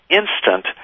instant